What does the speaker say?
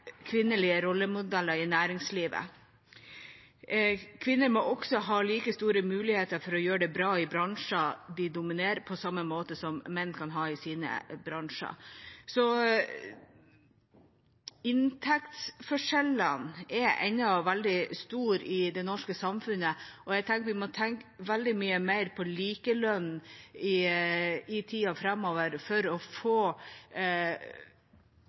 kvinnelige rollemodeller i næringslivet. Kvinner må ha like store muligheter til å gjøre det bra i bransjer der de dominerer, på samme måte som menn kan i sine bransjer. Inntektsforskjellene er ennå veldig store i det norske samfunnet, og vi må tenke veldig mye mer på likelønn i tida framover for å få